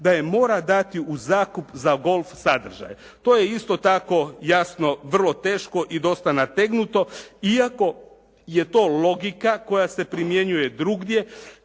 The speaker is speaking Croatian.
da je mora dati u zakup za golf sadržaje. To je isto tako jasno vrlo teško i dosta nategnuto iako je to logika koja se primjenjuje drugdje